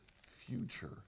future